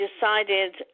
decided